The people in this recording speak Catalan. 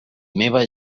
meva